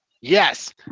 yes